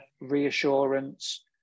reassurance